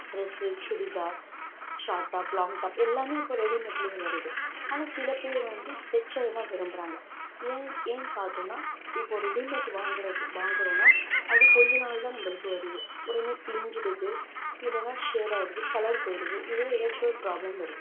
dress churidar short top long top எல்லாமே இப்போது ரெடிமேடுலயே வருது ஆனால் சில பேர் வந்து தைச்சது தான் விரும்புகிறாங்க ஏன் ஏன் பார்த்தோன்னா இப்போது ரெடிமேட் வாங்குகிறது வாங்குறோம்னா அது கொஞ்சம் நாள் நம்மளுக்கு வருது உடனே கிழிஞ்சிடுது இல்லைன்னா ஷேட் ஆகிடுது கலர் போய்டுது இதே ஏதாச்சும் ஒரு ப்ராப்ளம் வருது